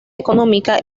económica